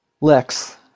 Lex